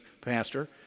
pastor